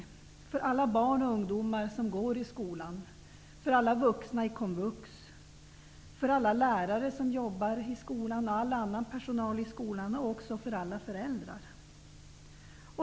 Det gäller alla barn och ungdomar som går i skolan, alla vuxna i komvux, alla lärare och all annan personal som jobbar i skolan och även alla föräldrar.